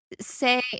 say